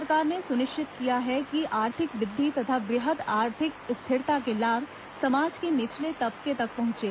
केन्द्र सरकार ने सुनिश्चित किया है कि आर्थिक वृद्धि तथा वृहद आर्थिक स्थिरता के लाभ समाज के निचले तबके तक पहुंचे